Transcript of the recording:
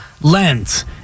lens